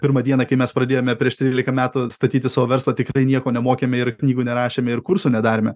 pirmą dieną kai mes pradėjome prieš trylika metų statyti savo verslą tikrai nieko nemokėme ir knygų nerašėme ir kursų nedarėme